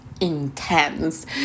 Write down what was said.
intense